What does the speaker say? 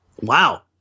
Wow